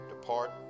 depart